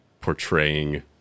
portraying